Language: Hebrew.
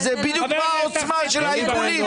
אז זאת בדיוק העוצמה של העיקולים.